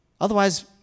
Otherwise